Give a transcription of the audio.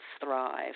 thrive